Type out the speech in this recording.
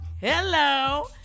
Hello